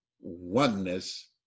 oneness